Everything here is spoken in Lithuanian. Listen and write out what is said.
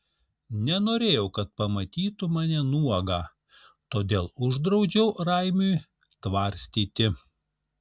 nenorėjau kad pamatytų mane nuogą todėl uždraudžiau raimiui tvarstyti